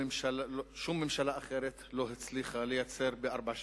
ששום ממשלה אחרת לא הצליחה לייצר בארבע שנים.